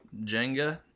Jenga